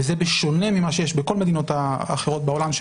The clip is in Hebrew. וזה שונה ממה שיש בכל המדינות האחרות בעולם?